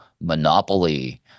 monopoly